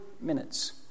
Minutes